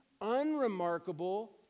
Unremarkable